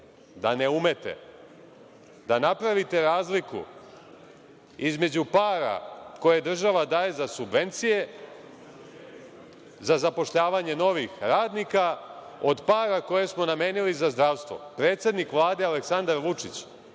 da ne umete da napravite razliku između para koje država daje za subvencije za zapošljavanje novih radnika od para koje smo namenili za zdravstvo. Predsednik Vlade Aleksandar Vučić,